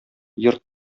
йорт